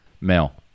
male